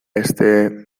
este